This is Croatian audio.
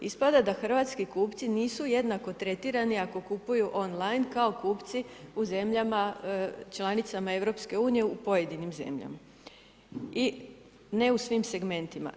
Ispada da hrvatski kupci nisu jednako tretirani ako kupuju online, kao kupci u zemljama članica EU u pojedinim zemljama i ne u svim segmentima.